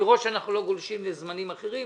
לראות שאנחנו לא גולשים לזמנים אחרים.